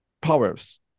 powers